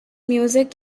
music